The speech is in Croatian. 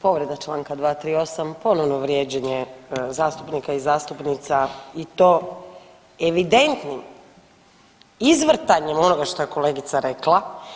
Povreda Članka 238., ponovno vrijeđanje zastupnika i zastupnica i to evidentnim izvrtanjem onoga što je kolegica rekla.